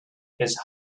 his